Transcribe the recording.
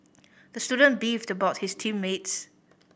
the student beefed about his team mates